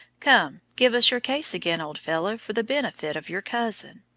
come, give us your case again, old fellow, for the benefit of your cousin.